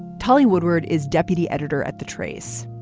tollywood word is deputy editor at the trace.